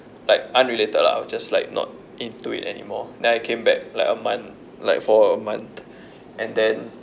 like unrelated lah I was just like not into it anymore then I came back like a month like for a month and then